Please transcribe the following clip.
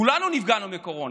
כולנו נפגענו מהקורונה.